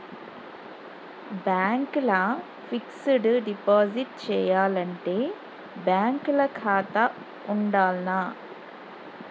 Bank ల fixed deposit చేయాలంటే bank ల ఖాతా ఉండాల్నా?